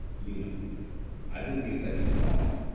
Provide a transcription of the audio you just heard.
meno i believe that you are.